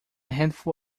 handful